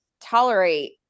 tolerate